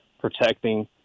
protecting